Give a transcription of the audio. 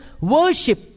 worship